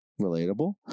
Relatable